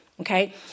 Okay